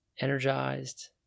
energized